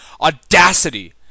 Audacity